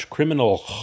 Criminal